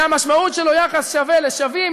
שהמשמעות שלו היא יחס שווה לשווים,